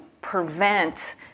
prevent